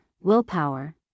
willpower